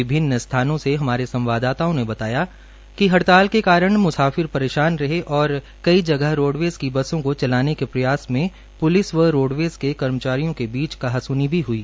विभिन्न स्थानों से हमारे संवाददाताओं ने बताया है कि हड़ताल के कारण मुसाफिर परेशान रहे और कई जगह रोडवेज की बसों के चलाने के प्रयास में प्लिस और रोडवेज के कर्मियों की बीच कहास्नी भी हई